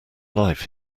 life